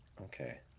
Okay